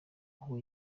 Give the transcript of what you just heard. aho